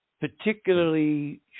particularly